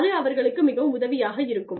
அது அவர்களுக்கு மிகவும் உதவியாக இருக்கும்